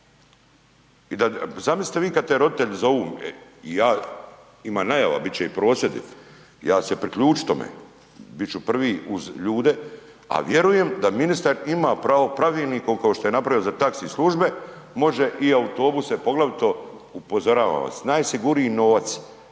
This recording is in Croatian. Zamislite vi kada te roditelji zovu, ima i najava, bit će i prosvjedi, ja ću se priključiti tome, bit ću prvi uz ljude, a vjerujem da ministar ima pravo pravilnikom kao što je napravio za taxi službe može i autobuse poglavito. Upozoravam vas, najsigurniji novac